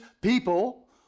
people